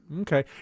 Okay